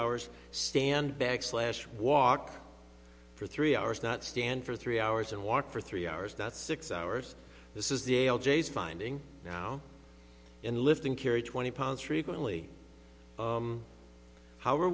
hours stand backslash walk for three hours not stand for three hours and walk for three hours not six hours this is the old days finding now in lifting carry twenty pounds frequently how are